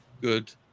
good